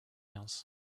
else